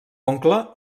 oncle